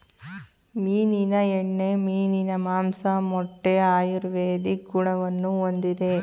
ಮೀನಿನ ಎಣ್ಣೆ, ಮೀನಿನ ಮಾಂಸ, ಮೊಟ್ಟೆ ಆಯುರ್ವೇದಿಕ್ ಗುಣವನ್ನು ಹೊಂದಿದೆ